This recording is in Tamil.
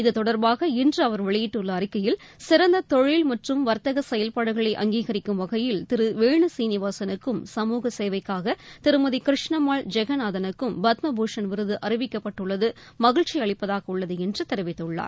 இதுதொடர்பாக இன்று அவர் வெளியிட்டுள்ள அறிக்கையில் சிறந்த தொழில் மற்றும் வர்த்தக செயல்பாடுகளை அங்கீகரிக்கும் வகையில் திரு வேணு சீனிவாசனுக்கும் சமூக சேவைக்காக திருமதி கிருஷ்ணம்மாள் ஜெகநாதனுக்கும் பத்ம பூஷன் விருது அறிவிக்கப்பட்டுள்ளது மகிழ்ச்சி அளிப்பதாக உள்ளது என்று தெரிவித்துள்ளார்